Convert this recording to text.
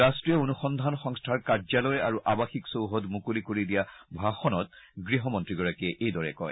ৰাষ্ট্ৰীয় অনুসন্ধান সংস্থাৰ কাৰ্যালয় আৰু আৱাসিক চৌহদ মুকলি কৰি দিয়া ভাষণত গৃহমন্ত্ৰীগৰাকীয়ে এইদৰে কয়